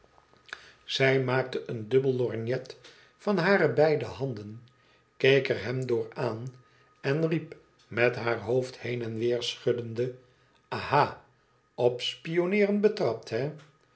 zij maakte een dubbel lorgnet van hare beiden handen keek er hem door aan en nep met haar hoofd heen en weer schuddende aha op spionneeren betrapt